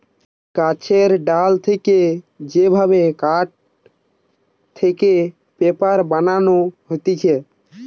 গাছের ডাল থেকে যে ভাবে কাঠ থেকে পেপার বানানো হতিছে